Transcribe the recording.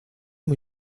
muy